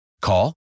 Call